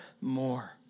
more